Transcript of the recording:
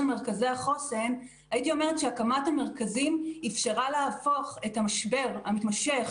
מרכזי החוסן זה שהקמת המרכזים אפשרה להפוך את המשבר המתמשך